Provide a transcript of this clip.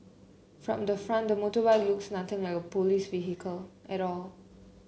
from the front the motorbike looks nothing like a police vehicle at all